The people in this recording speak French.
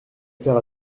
père